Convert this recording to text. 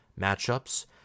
matchups